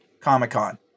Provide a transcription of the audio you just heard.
comic-con